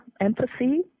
empathy